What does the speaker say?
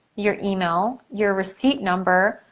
your email, your receipt number,